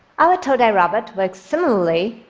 our todai robot works similarly,